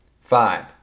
Five